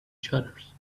shutters